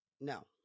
No